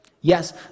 Yes